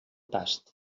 tast